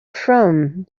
from